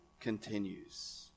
continues